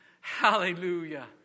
Hallelujah